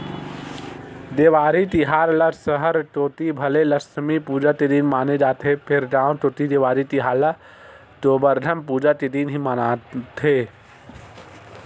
देवारी तिहार ल सहर कोती भले लक्छमी पूजा के दिन माने जाथे फेर गांव कोती देवारी तिहार ल गोबरधन पूजा के दिन ही मानथे